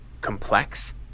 complex